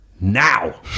Now